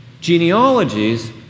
genealogies